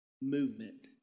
movement